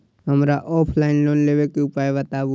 हमरा offline loan लेबे के उपाय बतबु?